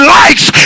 likes